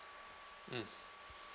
mm